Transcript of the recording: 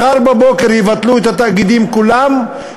מחר בבוקר יבטלו את התאגידים כולם,